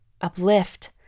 uplift